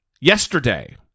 Yesterday